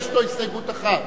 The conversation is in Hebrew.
יש לו הסתייגות אחת.